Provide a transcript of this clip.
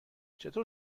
چطور